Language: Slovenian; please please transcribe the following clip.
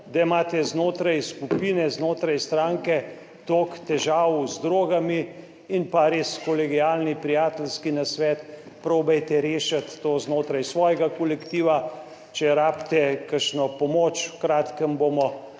da imate znotraj skupine, znotraj stranke toliko težav z drogami. In pa res kolegialni, prijateljski nasvet: probajte rešiti to znotraj svojega kolektiva. Če rabite kakšno pomoč, v kratkem bomo